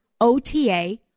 OTA